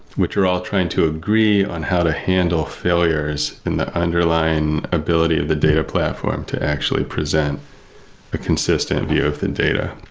which are all trying to agree on how to handle failures in the underlying ability of the data platform to actually present a consistent view of the data.